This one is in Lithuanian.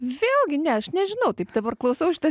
vėlgi ne aš nežinau taip dabar klausau šitą